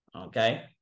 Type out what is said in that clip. Okay